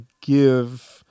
give